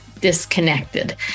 Disconnected